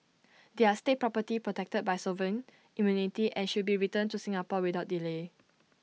they are state property protected by sovereign immunity and should be returned to Singapore without delay